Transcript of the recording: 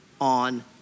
on